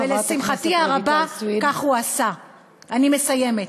חברת הכנסת רויטל סויד.